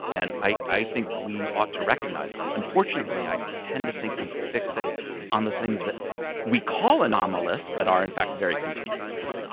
and i i think we ought to recognize them. unfortunately, i tend to think we fixate on the things that we call anomalous but are, in fact, very continuous.